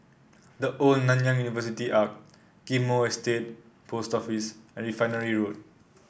The Old Nanyang University Arch Ghim Moh Estate Post Office and Refinery Road